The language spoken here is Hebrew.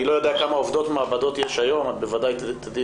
נניח שמדובר